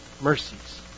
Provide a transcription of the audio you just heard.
mercies